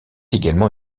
également